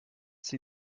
sie